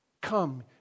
Come